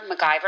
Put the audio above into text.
MacGyver